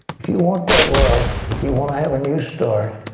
if you want that love, if you want to have a new start,